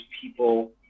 people